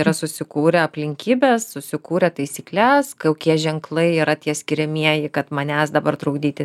yra susikūrę aplinkybes susikūrę taisykles kokie ženklai yra tie skiriamieji kad manęs dabar trukdyti